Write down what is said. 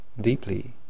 deeply